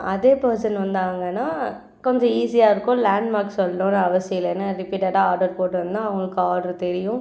அதே பெர்சன் வந்தாங்கன்னா கொஞ்சம் ஈஸியாக இருக்கும் லேண்ட்மார்க் சொல்லணுன்னு அவசியம் இல்லை ஏன்னா ரிப்பீட்டெடாக ஆர்டர் போடணுன்னா அவங்களுக்கு ஆர்ட்ரு தெரியும்